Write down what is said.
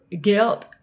guilt